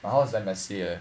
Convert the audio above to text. my house is damn messy leh